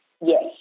Yes